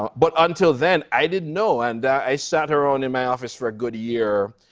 but until then, i didn't know, and i sat around in my office for a good year,